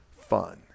fun